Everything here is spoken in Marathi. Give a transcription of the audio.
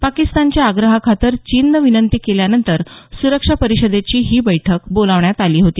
पाकिस्तानच्या आग्रहाखातर चीननं विनंती केल्यानंतर सुरक्षा परिषदेची ही बैठक बोलावण्यात आली होती